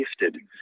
gifted